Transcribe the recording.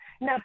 Now